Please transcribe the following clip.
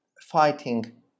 fighting